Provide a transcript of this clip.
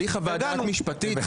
בלי חוות דעת משפטית?